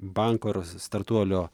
banko ar startuolio